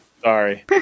Sorry